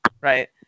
right